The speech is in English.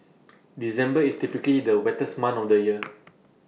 December is typically the wettest month of the year